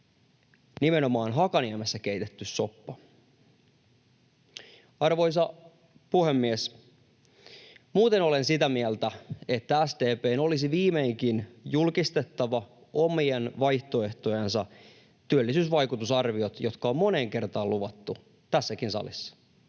nimenomaan Hakaniemessä keitetty soppa. Arvoisa puhemies! Muuten olen sitä mieltä, että SDP:n olisi viimeinkin julkistettava omien vaihtoehtojensa työllisyysvaikutusarviot, jotka on moneen kertaan luvattu tässäkin salissa.